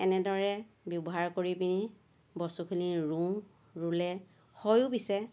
এনেদৰে ব্যৱহাৰ কৰি পিনে বস্তুখিনি ৰুওঁ ৰুলে হয়ো পিছে